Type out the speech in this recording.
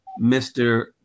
Mr